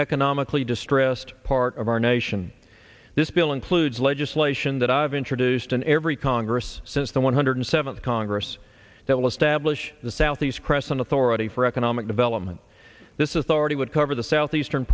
economically distressed part of our nation this bill includes legislation that i've introduced in every congress since the one hundred seventh congress that will establish the southeast crescent authority for economic development this is already would cover the southeastern